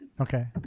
Okay